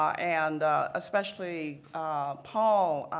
um and especially paul